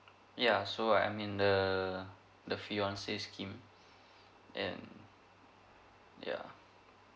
ya so I mean the the fiancé scheme and ya